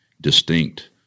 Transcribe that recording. distinct